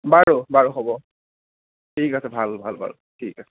বাৰু বাৰু হ'ব ঠিক আছে ভাল ভাল বাৰু ঠিক আছে